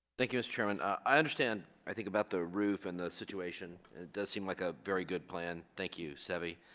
thank you mr. chairman i understand i think about the roof and the situation it does seem like a very good plan thank you seve